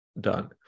done